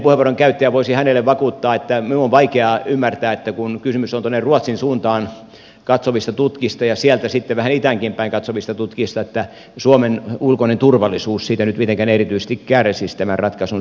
voisin edellisen puheenvuoron käyttäjälle vakuuttaa että minun on vaikea ymmärtää että kun kysymys on tuonne ruotsin suuntaan katsovista tutkista ja sieltä sitten vähän itäänkin päin katsovista tutkista niin suomen ulkoinen turvallisuus siitä nyt mitenkään erityisesti kärsisi tämän ratkaisun seurauksena